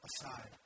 aside